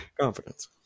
Confidence